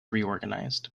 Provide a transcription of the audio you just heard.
reorganized